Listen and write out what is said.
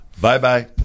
Bye-bye